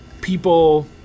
people